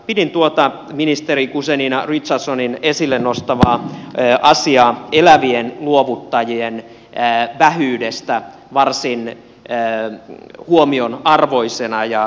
pidin tuota ministeri guzenina richardsonin esille nostamaa asiaa elävien luovuttajien vähyydestä varsin huomionarvoisena